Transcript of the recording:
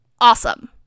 awesome